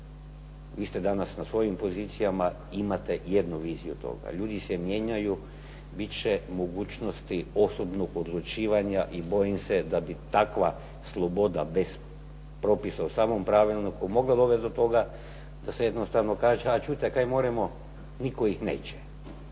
vi ste danas na svojim pozicijama, imate jednu viziju toga. Ljudi se mijenjaju, bit će mogućnosti osobnog odlučivanja i bojim se da bi takva sloboda bez propisa u samom Pravilniku mogla dovesti do toga da se kaže a čujte kaj mi moremo nitko ih neće.